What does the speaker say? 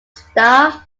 staff